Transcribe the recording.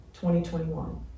2021